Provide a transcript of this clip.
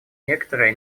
некоторые